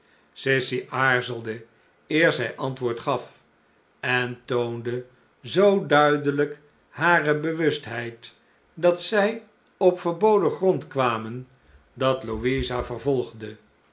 sissy aarzelde eer zij antwoord gaf en toonde zoo duidelijk hare bewustheid dat zij op verboden grond kwamen dat louisa vervolgde